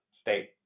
state